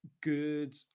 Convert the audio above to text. good